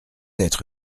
être